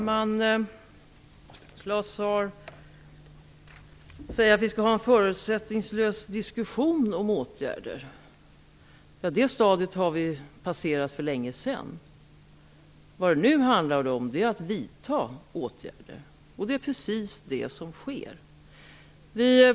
Fru talman! Claus Zaar säger att vi skall ha en förutsättningslös diskussion om åtgärder. Det stadiet har vi passerat för länge sedan. Vad det nu handlar om är att vidta åtgärder. Det är precis det som sker.